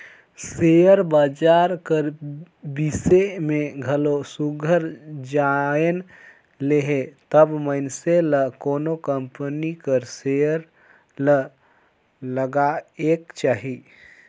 share बजार कर बिसे में घलो सुग्घर जाएन लेहे तब मइनसे ल कोनो कंपनी कर सेयर ल लगाएक चाही